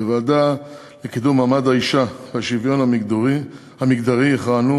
בוועדה לקידום מעמד האישה ולשוויון מגדרי יכהנו